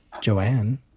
Joanne